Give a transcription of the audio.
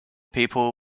people